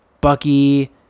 bucky